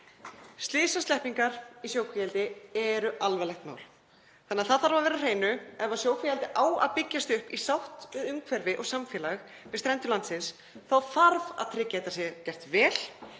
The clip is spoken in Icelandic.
Slysasleppingar í sjókvíaeldi eru alvarlegt mál þannig að það þarf að vera á hreinu að ef sjókvíaeldi á að byggjast upp í sátt við umhverfi og samfélag við strendur landsins þá þarf að tryggja að þetta sé gert vel.